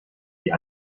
die